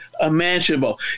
imaginable